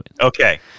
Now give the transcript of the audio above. Okay